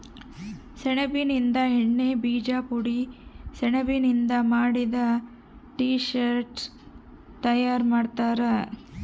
ಸೆಣಬಿನಿಂದ ಎಣ್ಣೆ ಬೀಜ ಪುಡಿ ಸೆಣಬಿನಿಂದ ಮಾಡಿದ ಟೀ ಶರ್ಟ್ ತಯಾರು ಮಾಡ್ತಾರ